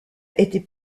étaient